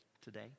today